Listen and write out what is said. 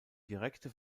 direkte